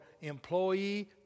employee